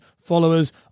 followers